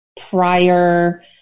prior